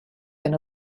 been